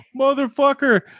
motherfucker